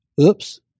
Oops